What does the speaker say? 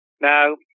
Now